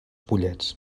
pollets